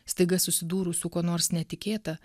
staiga susidūrus su kuo nors netikėta